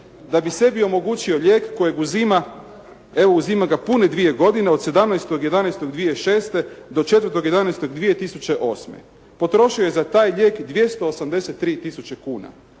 da bi sebi omogućio lijek kojeg uzima, evo uzima ga pune dvije godine od 17.11.2006. do 4.11.2008. Potrošio je za taj lijek 283 tisuće kuna.